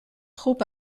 trop